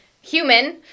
human